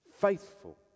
faithful